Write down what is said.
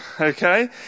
Okay